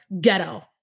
ghetto